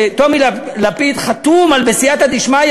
שטומי לפיד חתום על "בסייעתא דשמיא",